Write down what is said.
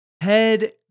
head